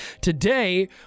Today